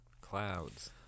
clouds